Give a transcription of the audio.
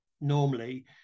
normally